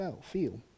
feel